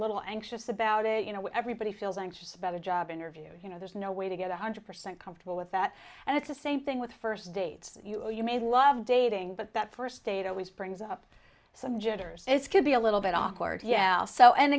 little anxious about it you know everybody feels anxious about a job interview you know there's no way to get one hundred percent comfortable with that and it's the same thing with first dates you know you may love dating but that first date always brings up some jitters it's could be a little bit awkward yeah well so and